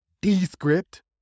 Descript